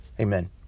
Amen